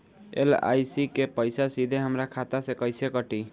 LIC के पईसा सीधे हमरा खाता से कइसे कटी?